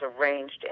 arranged